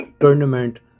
tournament